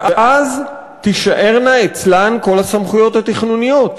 ואז תישארנה אצלן כל הסמכויות התכנוניות.